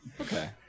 Okay